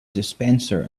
dispenser